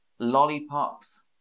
lollipops